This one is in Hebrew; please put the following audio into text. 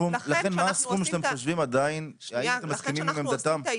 מה הסכום שאתם חושבים עדיין שהייתם מסכימים עם עמדתם?